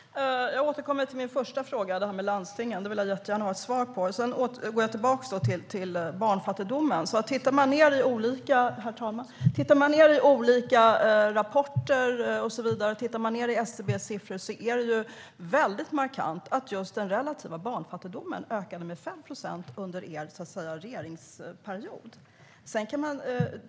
Herr talman! Jag återkommer till min första fråga om landstingen, som jag gärna vill ha ett svar på, och sedan går jag tillbaka till barnfattigdomen. Tittar man i olika rapporter och SCB:s siffror ser man att det är väldigt markant att den relativa barnfattigdomen ökade med 5 procent under er regeringsperiod.